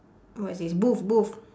what is this booth booth